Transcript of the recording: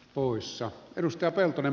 poissa edustaa hoidettu